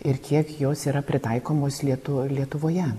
ir kiek jos yra pritaikomos lietu lietuvoje